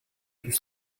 tout